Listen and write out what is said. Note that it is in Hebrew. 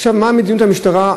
עכשיו, מה מדיניות המשטרה?